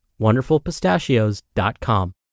wonderfulpistachios.com